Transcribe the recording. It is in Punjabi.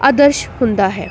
ਆਦਰਸ਼ ਹੁੰਦਾ ਹੈ